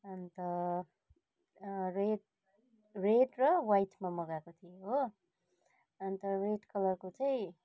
अन्त red red र वाइटमा मगाएको थिएँ हो अन्त रेड कलरको चाहिँ